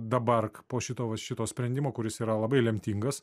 dabar po šito va šito sprendimo kuris yra labai lemtingas